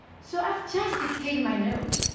so i've just dictated my note,